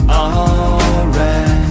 alright